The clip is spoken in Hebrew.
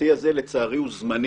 שהשיא הזה לצערי הוא זמני,